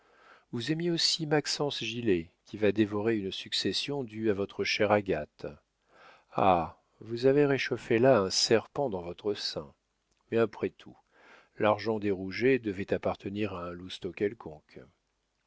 vous aimiez aussi maxence gilet qui va dévorer une succession due à votre chère agathe ah vous avez réchauffé là un serpent dans votre sein mais après tout l'argent des rouget devait appartenir à un lousteau quelconque